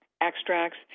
extracts